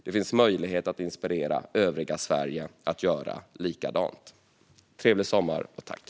Det finns möjlighet att inspirera övriga Sverige att göra likadant. Trevlig sommar, och tack!